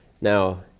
Now